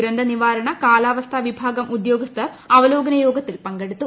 ദുരന്ത നിവാരണ കാലാവസ്ഥാ വിഭാഗം ഉദ്യോഗസ്ഥർ അവലോകന യോഗത്തിൽ പങ്കെടുത്തു